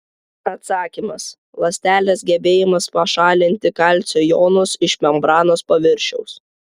atsakymas ląstelės gebėjimas pašalinti kalcio jonus iš membranos paviršiaus